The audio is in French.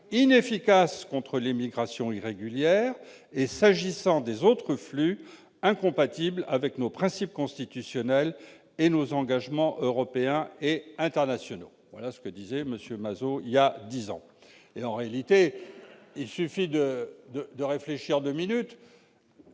inefficace contre l'immigration irrégulière et, s'agissant des autres flux, incompatible avec nos principes constitutionnels et nos engagements européens et internationaux. » Voilà ce que disait M. Mazeaud il y a dix ans. En réalité, il suffit de réfléchir deux minutes